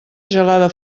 gelada